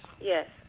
Yes